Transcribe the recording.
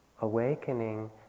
awakening